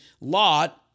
Lot